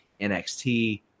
NXT